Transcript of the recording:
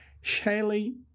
Shelley